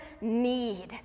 need